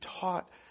taught